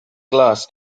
glass